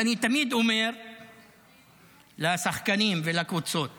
אני תמיד אומר לשחקנים ולקבוצות